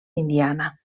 indiana